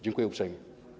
Dziękuję uprzejmie.